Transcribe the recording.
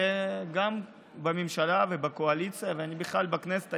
גם בממשלה ובקואליציה ובכלל בכנסת.